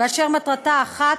ואשר מטרתה אחת,